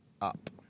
up